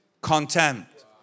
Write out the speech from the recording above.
contempt